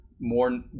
more